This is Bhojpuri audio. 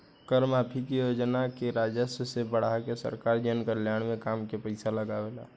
कर माफी के योजना से राजस्व के बढ़ा के सरकार जनकल्याण के काम में पईसा लागावेला